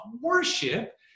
worship